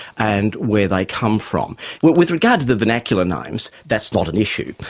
and where they come from. with regard to the vernacular names, that's not an issue.